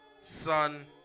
son